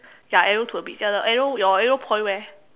ya arrow to the beach uh your arrow your arrow point where